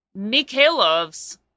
Mikhailov's